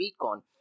Bitcoin